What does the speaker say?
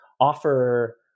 offer